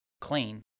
clean